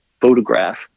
photograph